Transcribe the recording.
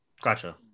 Gotcha